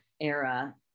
era